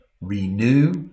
renew